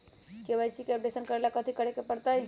KYC के update करवावेला कथि करें के परतई?